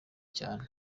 cyane